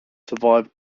survive